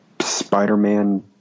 Spider-Man